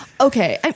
okay